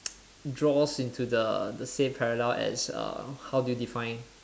draws into the the same parallel as uh how do you define